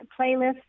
playlist